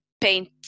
paint